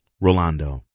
Rolando